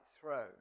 throne